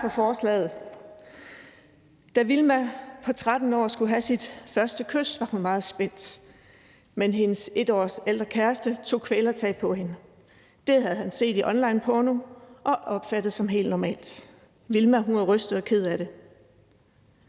Tak for det. Tak for forslaget. Da Vilma på 13 år skulle have sit første kys, var hun meget spændt, men hendes et år ældre kæreste tog kvælertag på hende. Det havde han set i onlineporno og opfattet som helt normalt. Vilma var rystet og ked af det.